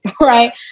right